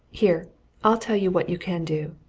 here i'll tell you what you can do.